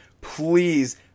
please